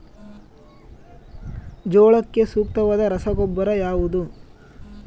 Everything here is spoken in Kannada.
ಜೋಳಕ್ಕೆ ಸೂಕ್ತವಾದ ರಸಗೊಬ್ಬರ ಯಾವುದು?